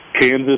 Kansas